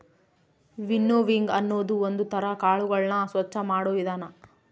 winnowing ಅನ್ನೋದು ಒಂದ್ ತರ ಕಾಳುಗಳನ್ನು ಸ್ವಚ್ಚ ಮಾಡೋ ವಿಧಾನ